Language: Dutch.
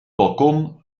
balkon